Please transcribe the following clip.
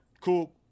cool